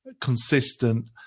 consistent